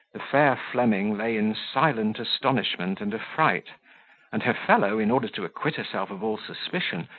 the fair fleming lay in silent astonishment and affright and her fellow in order to acquit herself of all suspicion,